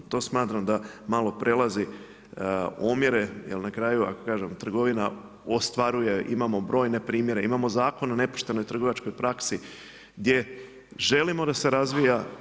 To smatram da malo prelazi omjere, jer na kraju ako kažem trgovina ostvaruje, imamo brojne primjere, imamo Zakon o nepoštenoj trgovačkoj praksi gdje želimo da se razvija.